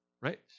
right